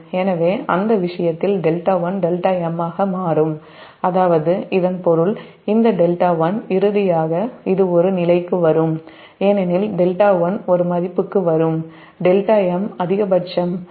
எனவே அந்த விஷயத்தில் 𝜹1 𝜹m ஆக மாறும் அதாவது இதன் பொருள் இந்த 𝜹1 இறுதியாக இது ஒரு நிலைக்கு வரும் ஏனெனில் 𝜹1 ஒரு மதிப்புக்கு 𝜹m அதிகபட்சம் வரும்